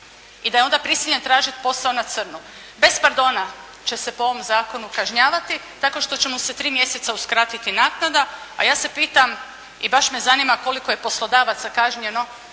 i da je onda prisiljen tražiti posao na crno. Bez pardona će se po ovom kažnjavati tako što će mu se 3 mjeseca uskratiti naknada, a ja se pitam i baš me zanima koliko je poslodavaca kažnjeno